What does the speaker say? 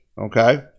Okay